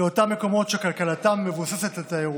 לאותם מקומות שכלכלתם מבוססת על תיירות.